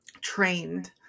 trained